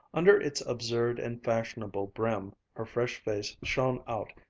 under its absurd and fashionable brim, her fresh face shone out,